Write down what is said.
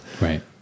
Right